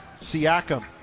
Siakam